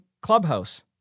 Clubhouse